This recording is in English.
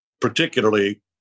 particularly